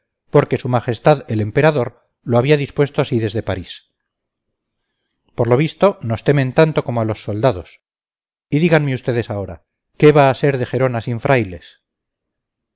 porque s m el emperador lo había dispuesto así desde parís por lo visto nos temen tanto como a los soldados y díganme ustedes ahora qué va a ser de